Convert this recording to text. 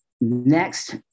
Next